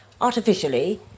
artificially